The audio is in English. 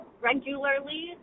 regularly